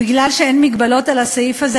בגלל שאין מגבלות על הסעיף הזה,